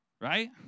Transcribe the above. right